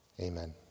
Amen